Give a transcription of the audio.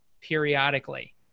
periodically